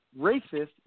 racist